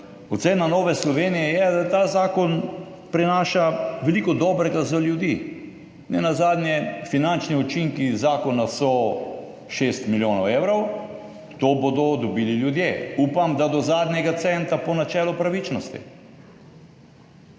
Ocena Nove Slovenije je, da ta zakon prinaša veliko dobrega za ljudi, nenazadnje finančni učinki zakona so 6 milijonov evrov, to bodo dobili ljudje, upam, da do zadnjega centa po načelu pravičnosti,